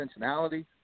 intentionality